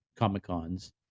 comic-cons